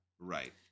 Right